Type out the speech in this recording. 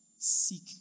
Seek